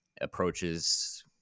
approaches